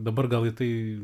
dabar gal į tai